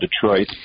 Detroit